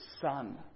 son